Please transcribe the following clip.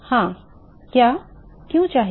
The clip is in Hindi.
हाँ क्या क्यों चाहिए